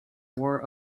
war